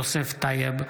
יוסף טייב,